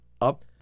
up